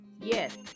yes